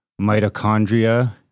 mitochondria